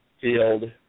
field